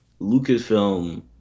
Lucasfilm